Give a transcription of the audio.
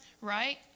Right